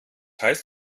heißt